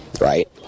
right